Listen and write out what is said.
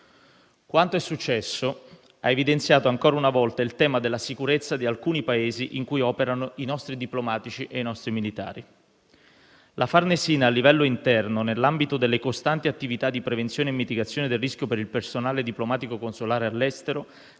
Quanto è successo ha evidenziato ancora una volta il tema della sicurezza di alcuni Paesi in cui operano i nostri diplomatici e i nostri militari. La Farnesina, a livello interno, nell'ambito delle costanti attività di prevenzione e mitigazione del rischio per il personale diplomatico-consolare all'estero,